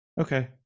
okay